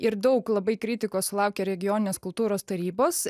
ir daug labai kritikos sulaukia regioninės kultūros tarybos